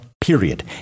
period